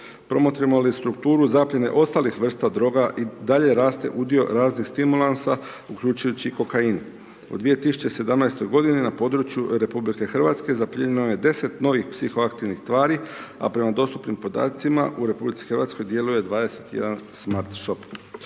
Promotrimo li strukturu zapljene ostalih vrsta droga i dalje raste udio raznih stimulansa uključujući kokain. U 2017. godini na području RH zaplijenjeno je 10 novih psihoaktivnih tvari a prema dostupnim podacima u RH djeluje 21 smart shop.